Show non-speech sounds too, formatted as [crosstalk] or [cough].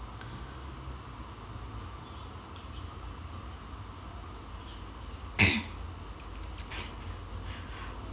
[noise]